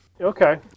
Okay